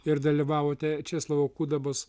ir dalyvavote česlovo kudabos